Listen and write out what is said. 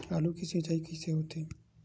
आलू के सिंचाई कइसे होथे?